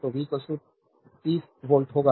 तो v 30 volt होगा